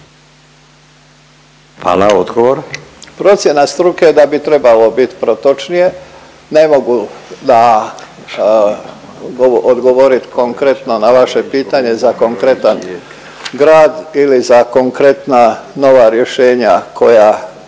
Davor (HDZ)** Procjena struke je da bi trebalo bit protočnije. Ne mogu da, odgovorit konkretno na vaše pitanje za konkretan grad ili za konkretna nova rješenja koja